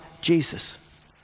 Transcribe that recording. Jesus